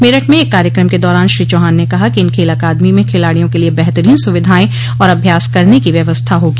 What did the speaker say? मेरठ में एक कार्यक्रम के दौरान श्री चौहान ने कहा कि इन खेल अकादमी में खिलाड़ियों के लिए बेहतरीन सुविधाएं और अभ्यास करने की व्यवस्था होगी